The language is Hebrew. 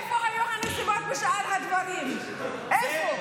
איפה היו הנסיבות בשאר הדברים, איפה?